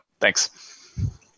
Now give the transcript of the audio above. Thanks